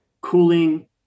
cooling